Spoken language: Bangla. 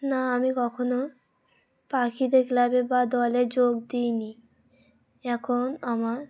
না আমি কখনও পাখিদের ক্লাবে বা দলে যোগ দিই নি এখন আমার